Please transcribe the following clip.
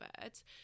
birds